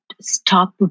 stop